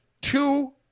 two